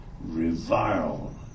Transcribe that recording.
revile